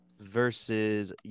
versus